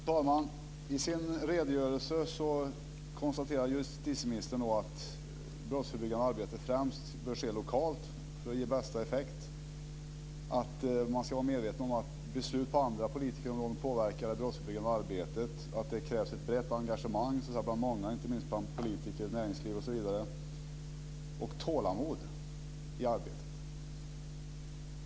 Fru talman! I sin redogörelse konstaterade justitieministern att det brottsförebyggande arbetet främst bör ske lokalt för att ge bästa effekt. Han sade att man ska vara medveten om att beslut på andra politikområden påverkar det brottsförebyggande arbetet och om att det krävs ett brett engagemang bland många - inte minst bland politiker, i näringslivet osv. - och tålamod i arbetet.